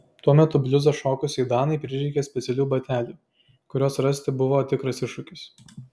tuo metu bliuzą šokusiai danai prireikė specialių batelių kuriuos rasti buvo tikras iššūkis